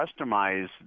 customize